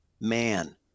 man